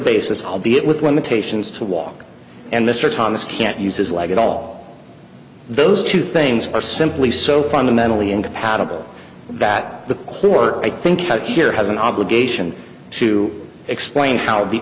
basis albeit with limitations to walk and mr thomas can't use his leg at all those two things are simply so fundamentally incompatible that the core i think out here has an obligation to explain how